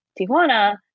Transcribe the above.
Tijuana